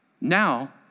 now